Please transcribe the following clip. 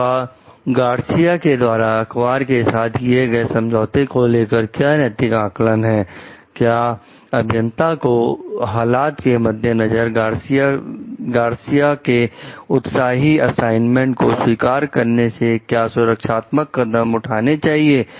आपका गार्सिया के उत्साही असाइनमेंट को स्वीकार करने से क्या सुरक्षात्मक कदम उठाने चाहिए